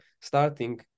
starting